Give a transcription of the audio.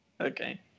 Okay